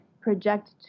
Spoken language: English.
project